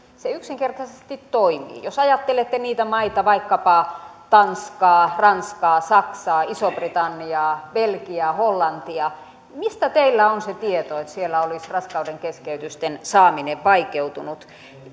se yksinkertaisesti toimii jos ajattelette niitä maita vaikkapa tanskaa ranskaa saksaa isoa britanniaa belgiaa hollantia niin mistä teillä on se tieto että siellä olisi raskaudenkeskeytysten saaminen vaikeutunut